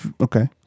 Okay